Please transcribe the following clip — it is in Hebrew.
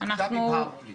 עכשיו הבהרת לי.